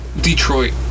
Detroit